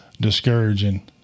discouraging